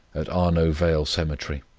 at arno' vale cemetery.